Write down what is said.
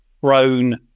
thrown